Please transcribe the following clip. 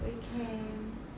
we can